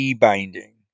binding